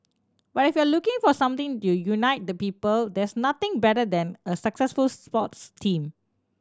but if you're looking for something to unite the people there's nothing better than a successful sports team